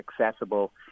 accessible